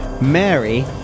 Mary